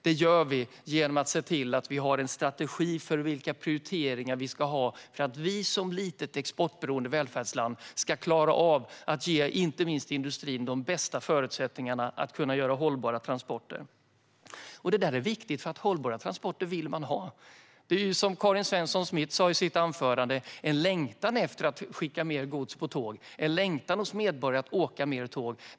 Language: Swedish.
Det gör vi också genom att se till att ha en strategi för vilka prioriteringar vi ska ha för att vi som litet exportberoende välfärdsland ska klara av att ge inte minst industrin de bästa förutsättningarna att göra hållbara transporter. Det där är viktigt, för hållbara transporter vill man ha. Det är som Karin Svensson Smith sa i sitt anförande: Det finns en längtan efter att skicka mer gods på tåg och en längtan hos medborgare att åka mer tåg.